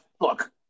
look